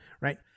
right